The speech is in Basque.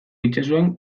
itsasoan